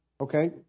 okay